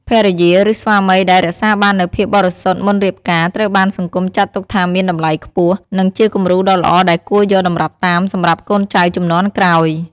ភរិយា ឬស្វាមីដែលរក្សាបាននូវភាពបរិសុទ្ធមុនរៀបការ ត្រូវបានសង្គមចាត់ទុកថាមាន តម្លៃខ្ពស់ និងជាគំរូដ៏ល្អដែលគួរយកតម្រាប់តាមសម្រាប់កូនចៅជំនាន់ក្រោយ។